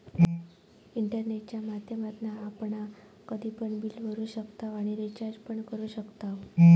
इंटरनेटच्या माध्यमातना आपण कधी पण बिल भरू शकताव आणि रिचार्ज पण करू शकताव